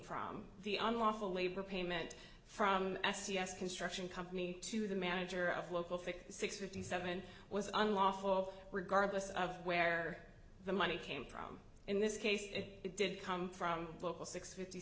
from the unlawful labor payment from s e s construction company to the manager of local fick six fifty seven was unlawful regardless of where the money came problem in this case it did come from local six fifty